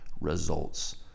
results